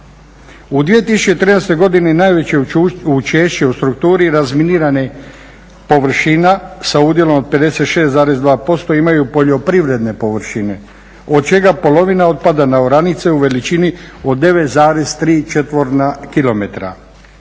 U 2013. godini najveće učešće u strukturi razminiranih površina sa udjelom od 56,2% imaju poljoprivredne površine, od čega polovina otpada na oranice u veličini od 9,3